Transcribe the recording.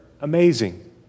amazing